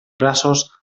braços